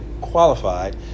qualified